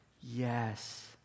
Yes